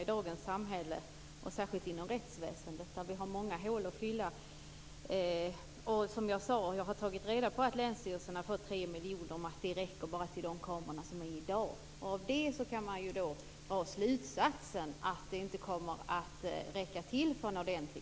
Men det är inte som Kia Andreasson säger, att jag skulle ha sagt att det inte behövs någon regelbunden inspektion. Så har jag inte uttryckt mig.